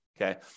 Okay